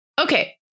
Okay